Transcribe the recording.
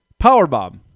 Powerbomb